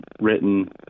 written